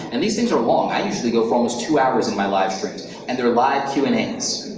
and these things are long. i usually go for um about two hours in my live streams and there are live q and as. i